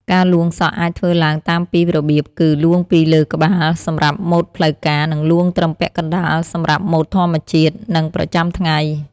ការលួងសក់អាចធ្វើឡើងតាមពីររបៀបគឺ លួងពីលើក្បាលសម្រាប់ម៉ូតផ្លូវការ និងលួងត្រឹមពាក់កណ្តាលសម្រាប់ម៉ូតធម្មជាតិ និងប្រចាំថ្ងៃ។